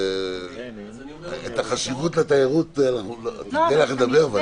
אני אתן לך לדבר, ודאי.